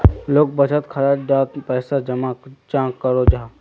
लोग बचत खाता डात पैसा जमा चाँ करो जाहा?